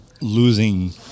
losing